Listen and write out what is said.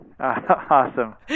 Awesome